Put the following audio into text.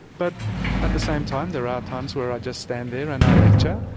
but at the same time, there are times where i just stand there and i lecture,